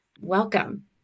Welcome